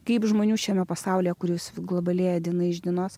kaip žmonių šiame pasaulyje kuris globalėja diena iš dienos